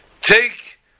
take